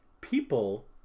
People